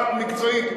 מקצועית.